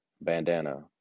bandana